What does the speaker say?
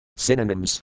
Synonyms